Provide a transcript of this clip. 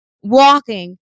walking